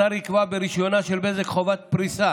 השר יקבע ברישיונה של בזק חובת פריסה